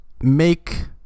make